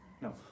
no